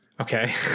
Okay